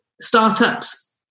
startups